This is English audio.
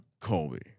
Colby